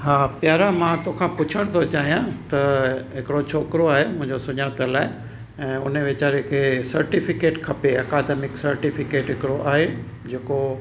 हा प्यारा मां तोखां पुछणु थो चाहियां त हिकिड़ो छोकिरो आहे मुंहिंजो सुञातल आहे ऐं हुन वीचारे खे सर्टीफिकेट खपे अकादिमिक सर्टीफिकेट हिकिड़ो आहे जे को